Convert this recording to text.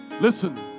Listen